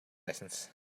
license